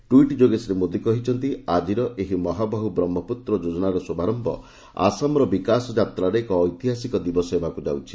tweet ଯୋଗେ ଶ୍ରୀ ମୋଦୀ କହିଛନ୍ତି ଆଜିର ଏହି ମହାବାହୁ ବ୍ରହ୍ମପୁତ୍ର ଯୋଜନାର ଶୁଭାରମ୍ଭ ଆସାମର ବିକାଶ ଯାତ୍ରାରେ ଏକ ଐତିହାସିକ ଦିବସ ହେବାକୁ ଯାଉଛି